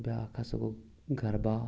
بیٛاکھ ہَسا گوٚو گربا